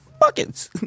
Buckets